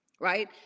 right